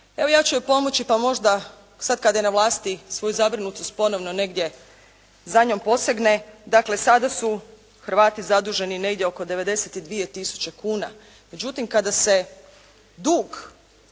evo ja ću joj pomoći pa možda sad kad je na vlasti svoju zabrinutost ponovno negdje za njom posegne, dakle sada su Hrvati zaduženi negdje oko 92 tisuće kuna. Međutim, kada se dug